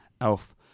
Elf